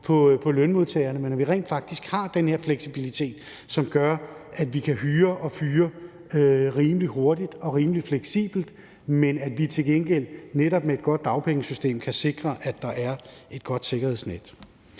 til lønmodtagerne, men at vi rent faktisk har den her fleksibilitet, som gør, at man kan hyre og fyre rimelig hurtigt og rimelig fleksibelt, og at vi til gengæld netop med et godt dagpengesystem kan sikre, at der er et godt sikkerhedsnet.